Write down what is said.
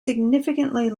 significantly